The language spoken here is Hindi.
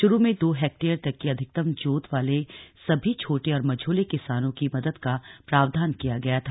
शुरू में दो हेक्टेयर तक की अधिकतम जोत वाले सभी छोटे और मझोले किसानों की मदद का प्रावधान किया गया था